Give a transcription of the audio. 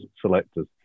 selectors